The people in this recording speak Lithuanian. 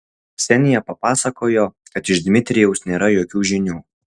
ksenija papasakojo kad iš dmitrijaus nėra jokių žinių